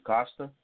Costa